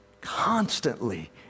constantly